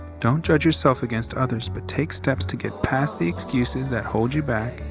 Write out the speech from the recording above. don't judge yourself against others, but take steps to get past the excuses that hold you back,